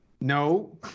no